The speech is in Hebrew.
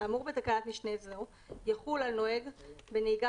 האמור בתקנת משנה זו יחול על נוהג בנהיגה